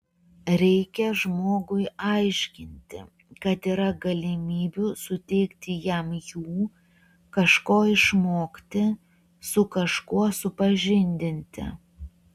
reikia žmogui aiškinti kad yra galimybių suteikti jam jų kažko išmokti su kažkuo supažindinti